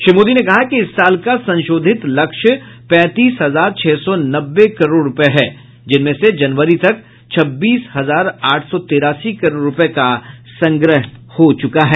श्री मोदी ने कहा कि इस साल का संशोधित लक्ष्य पैंतीस हजार छह सौ नब्बे करोड़ रुपये है जिनमें से जनवरी तक छब्बीस हजार आठ सौ तिरासी करोड़ रुपये का संग्रह हो चुका है